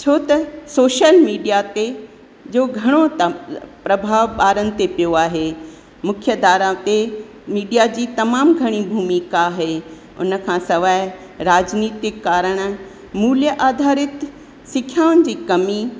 छो त social media ते जो घणो प्रभाव ॿारनि ते पियो आहे मुख्य धारा ते मीडिया जी तमामु घणी भूमिका आहे उन खां सवाइ राजनितिक कारणि मूल्य आधारित सिखियाउनि जी कमी